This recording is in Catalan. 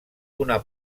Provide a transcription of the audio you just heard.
una